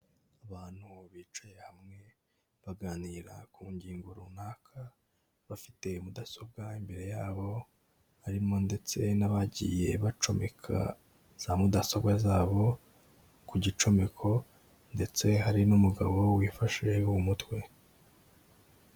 Abantu bicaye hamwe baganira ku ngingo runaka bafite mudasobwa imbere yabo, harimo ndetse n'abagiye bacomeka za mudasobwa zabo ku gicomeko ndetse hari n'umugabo wifashe mu mutwe.